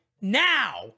now